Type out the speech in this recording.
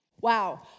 Wow